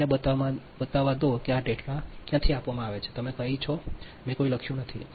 મને બતાવવા દો કે આ ડેટા ક્યાં આપવામાં આવે છે કે તમે અહીં છો મેં કોઈ લખ્યું નથી